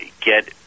get